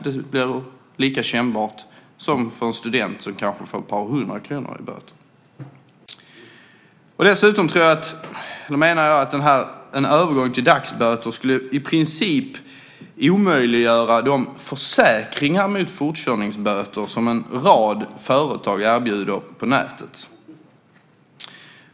Det blir lika kännbart som för en student som kanske får ett par hundra kronor i böter. En övergång till dagsböter skulle i princip omöjliggöra de försäkringar mot fortkörningsböter som en rad företag erbjuder på nätet.